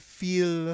feel